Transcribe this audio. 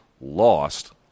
lost